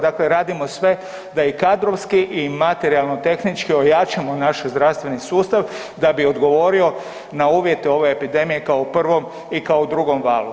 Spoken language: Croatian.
Dakle, radimo sve da i kadrovski i materijalno tehnički ojačamo naš zdravstveni sustav da bi odgovorio na uvjete ove epidemije kao u prvom i kao u drugom valu.